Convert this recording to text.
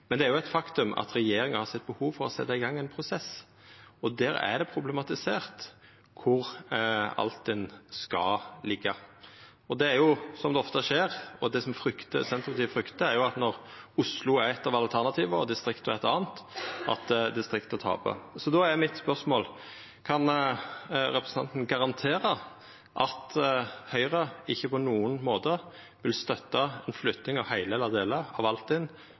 Men det er eit faktum at regjeringa har sett eit behov for å setja i gang ein prosess, og der har det vorte problematisert kvar Altinn skal liggja. Det som da ofte skjer, og som Senterpartiet fryktar, er at når Oslo er eitt av alternativa og distrikta er eit anna, så tapar distrikta. Mitt spørsmål er: Kan representanten Ebbesen garantera at Høgre ikkje på nokon måte vil støtta ei flytting av heile eller delar av